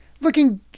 looking